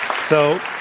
so,